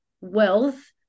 wealth